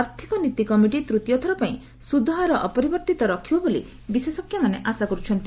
ଆର୍ଥିକ ନୀତି କମିଟି ତୃତୀୟଥର ପାଇଁ ସୁଧ ହାର ଅପରିବର୍ତ୍ତିତ ରଖିବ ବୋଲି ବିଶେଷଜ୍ଞମାନେ ଆଶା କରୁଛନ୍ତି